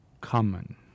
common